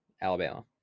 Alabama